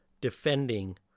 defending